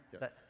Yes